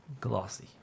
Glossy